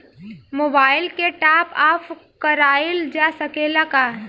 Mobile के top up कराइल जा सकेला का?